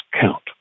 count